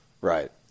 Right